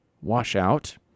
washout